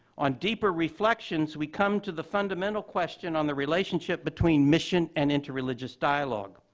on deeper reflections, we come to the fundamental question on the relationship between mission and interreligious dialogue,